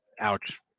ouch